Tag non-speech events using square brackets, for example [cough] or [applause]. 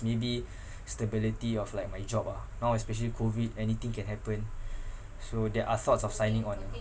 maybe [breath] stability of like my job ah now especially COVID anything can happen [breath] so there are thoughts of signing on